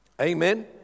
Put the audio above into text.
Amen